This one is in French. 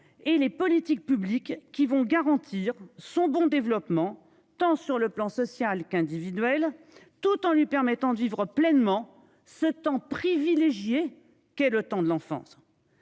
et les politiques publiques qui vont garantir son bon développement tant sur le plan social qu'individuelles tout en lui permettant de vivre pleinement ce temps privilégié qu'est le temps de l'enfance.